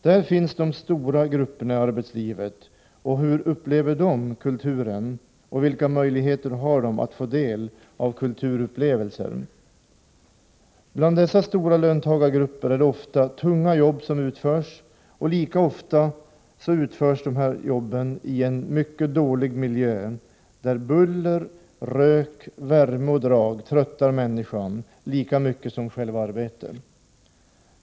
Där finns de stora grupperna i arbetslivet. Hur upplever de kulturen, och vilka möjligheter har de att få del av kulturupplevelser? Dessa stora löntagargrupper har ofta tunga jobb, och många gånger utförs deras arbete i en mycket dålig miljö, där buller, rök, värme och drag tröttar människan lika mycket som själva arbetet.